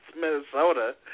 Minnesota